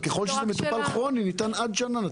ככל שזה מטופל כרוני הוא ייתן עד שנה.